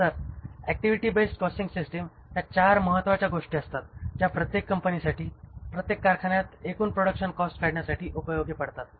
तर activity based costing system ह्या ४ महत्वाच्या गोष्टी असतात ज्या प्रत्येक कंपनीसाठी प्रत्येक कारखान्यात एकूण प्रोडक्शन कॉस्ट काढण्यासाठी उपयोगी पडतात